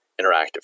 interactive